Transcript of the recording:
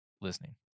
listening